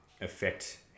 affect